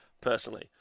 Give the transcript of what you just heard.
personally